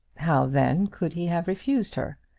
how then could he have refused her?